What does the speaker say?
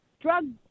drug